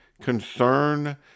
concern